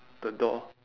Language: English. the door